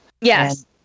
Yes